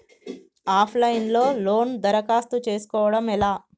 Of line లో loan దరఖాస్తు చేసుకోవడం ఎలా?